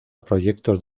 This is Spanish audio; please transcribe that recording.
proyectos